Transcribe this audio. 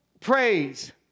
praise